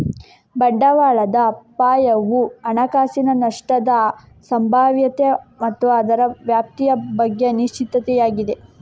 ಬಂಡವಾಳದ ಅಪಾಯವು ಹಣಕಾಸಿನ ನಷ್ಟದ ಸಂಭಾವ್ಯತೆ ಮತ್ತು ಅದರ ವ್ಯಾಪ್ತಿಯ ಬಗ್ಗೆ ಅನಿಶ್ಚಿತತೆಯಾಗಿದೆ